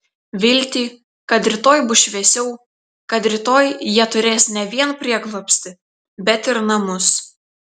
viltį kad rytoj bus šviesiau kad rytoj jie turės ne vien prieglobstį bet ir namus